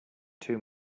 too